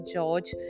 George